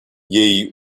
jej